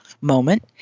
moment